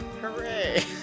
Hooray